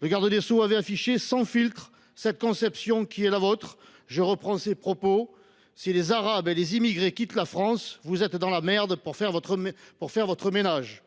Le garde des sceaux avait affiché sans filtre cette conception qui est la vôtre. Je reprends ses propos :« Si les Arabes et les immigrés quittent la France, vous êtes dans la merde pour faire votre ménage